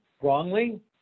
wrongly